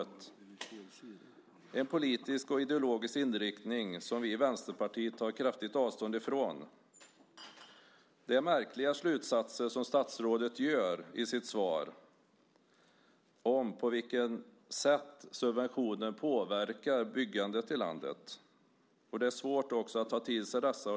Det är en politisk och ideologisk inriktning som vi i Vänsterpartiet tar kraftigt avstånd från. Det är märkliga slutsatser som statsrådet drar i sitt svar om på vilket sätt subventionen påverkar byggandet i landet. Det är också svårt att ta till sig dessa.